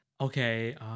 Okay